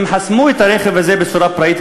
הם חסמו את הרכב הזה בצורה פראית,